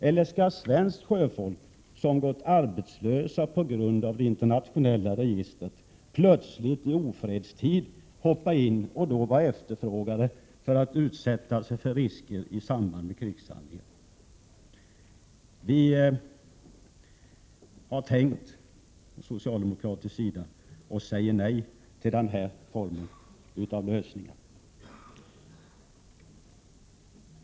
Eller skall svenskt sjöfolk som gått arbetslösa på grund av det internationella registrets regler plötsligt i ofredstid hoppa in och då vara efterfrågade för att utsätta sig för risker i samband med krigshandlingar? Vi socialdemokrater har tänkt och säger nej till den formen av lösning.